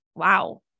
Wow